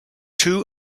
two